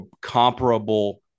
comparable